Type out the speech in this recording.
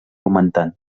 augmentant